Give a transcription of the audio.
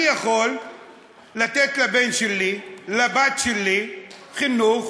אני יכול לתת לבן שלי, לבת שלי, חינוך,